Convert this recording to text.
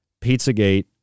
Pizzagate